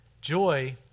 Joy